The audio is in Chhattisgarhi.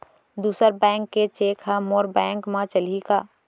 दूसर बैंक के चेक ह मोर बैंक म चलही का?